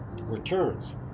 returns